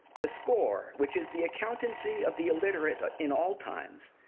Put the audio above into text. the score, which is the accountancy of the illiterate in all times,